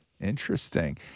Interesting